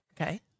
Okay